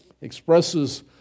Expresses